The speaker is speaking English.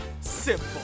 simple